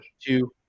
two